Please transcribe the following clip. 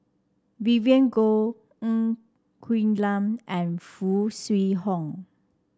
Vivien Goh Ng Quee Lam and Foo Kwee Horng